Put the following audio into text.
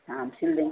हाँ हम सिल देंगे